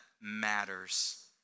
matters